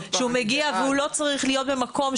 שהוא מגיע והוא לא צריך להיות במקום,